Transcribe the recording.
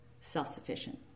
self-sufficient